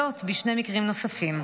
זאת בשני מקרים נוספים.